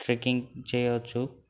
trekking చేయవచ్చు